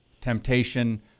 temptation